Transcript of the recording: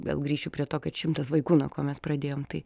vėl grįšiu prie to kad šimtas vaikų nuo ko mes pradėjom tai